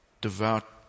devout